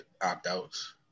opt-outs